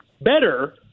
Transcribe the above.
better